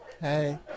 Hey